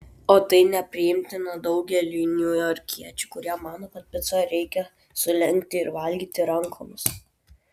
o tai nepriimtina daugeliui niujorkiečių kurie mano kad picą reikia sulenkti ir valgyti rankomis